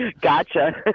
Gotcha